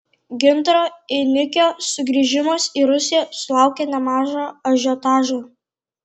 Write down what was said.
gintaro einikio sugrįžimas į rusiją sulaukė nemažo ažiotažo